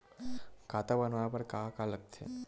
खाता बनवाय बर का का लगथे?